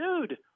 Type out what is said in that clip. dude